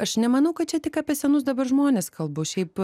aš nemanau kad čia tik apie senus dabar žmones kalbos šiaip